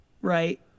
Right